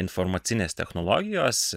informacinės technologijos